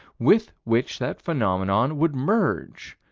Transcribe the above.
with which that phenomenon would merge.